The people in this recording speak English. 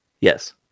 Yes